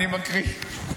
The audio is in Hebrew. אני מקריא.